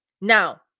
Now